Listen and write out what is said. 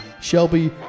shelby